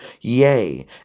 Yea